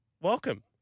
Welcome